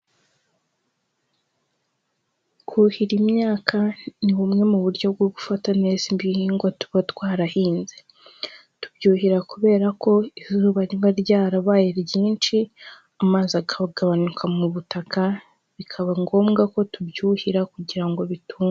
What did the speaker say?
Kuhira imyaka ni bumwe mu buryo bwo gufata neza ibihingwa tuba twarahinze, tubyuhira kubera ko izuba riba ryarabaye ryinshi amazi akaba agabanuka mu butaka, bikaba ngombwa ko tubyuhira kugira ngo bituma.